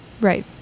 right